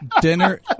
Dinner